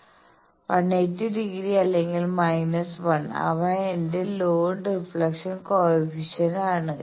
1 180 degree അല്ലെങ്കിൽ minus 1 അവ എന്റെ ലോഡ് റിഫ്ളക്ഷൻ കോയെഫിഷ്യന്റ് ആണ്